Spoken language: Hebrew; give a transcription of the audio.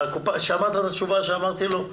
שמעת את התשובה שאמרתי לו.